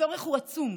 הצורך הוא עצום,